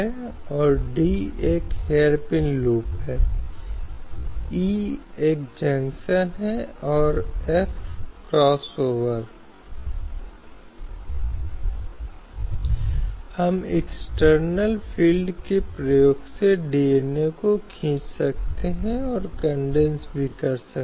या तो यह समान पारिश्रमिक से संबंधित है पुरुषों और महिलाओं के लिए समान काम के लिए समान वेतन या यह महिलाओं को मातृत्व लाभ देने से संबंधित है कई निर्देश सिद्धांत हैं जिन्हें निर्धारित किया गया है और जो महिलाओं के कल्याण को प्राप्त करते है और देखते है कि यह राज्य उस छोर के लिए आवश्यक प्रयास करता है